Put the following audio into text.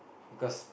because